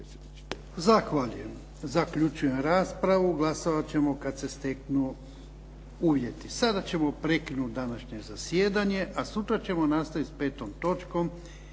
Zahvaljujem. Zaključujem raspravu. Glasovat ćemo kad se steknu uvjeti. Sada ćemo prekinuti današnje zasjedanje. Sutra ćemo nastaviti s 5. točkom